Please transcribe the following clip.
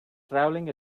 travelling